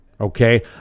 Okay